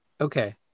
Okay